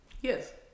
Yes